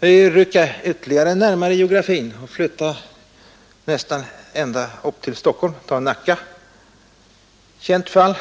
Vi kan rycka ytterligare närmare i geografin — flytta nästan ända hit till Stockholm och ta Nacka. Det är ett känt fall